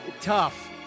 Tough